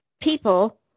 people